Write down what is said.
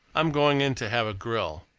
i'm going in to have a grill.